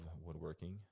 woodworking